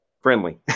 friendly